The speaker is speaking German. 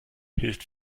hilft